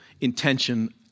intention